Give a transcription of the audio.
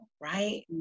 right